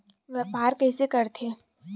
व्यापार कइसे करथे?